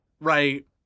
right